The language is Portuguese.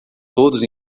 todos